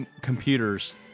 computers